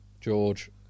George